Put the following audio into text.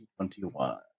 2021